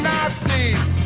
Nazis